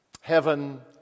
heaven